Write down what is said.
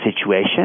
situation